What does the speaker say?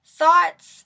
thoughts